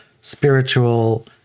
spiritual